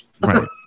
Right